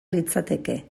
litzateke